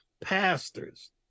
pastors